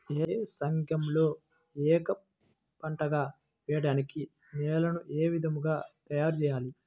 ఏసంగిలో ఏక పంటగ వెయడానికి నేలను ఏ విధముగా తయారుచేయాలి?